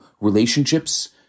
relationships